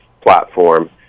platform